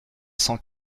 cent